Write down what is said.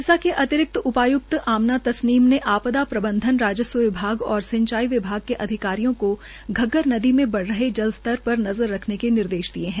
सिरसा के अतिरिक्त उपाय्क्त आम्ना तस्नीम ने आपदा प्रबंधन राजस्व विभाग और सिंचाई विभाग के अधिकारियों को घग्घर नदी में बढ़ रहे जल स्तर पर नज़र रखने के निर्देश दिये है